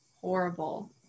horrible